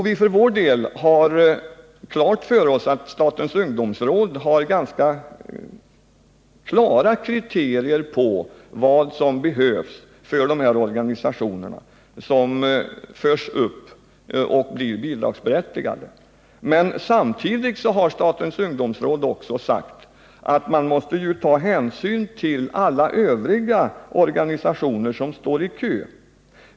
Vi för vår del har klart för oss att statens ungdomsråd har klara kriterier som skall uppfyllas av de organisationer som blir bidragsberättigade. Men samtidigt har statens ungdomsråd sagt att man måste ta hänsyn till alla andra organisationer som står i kö.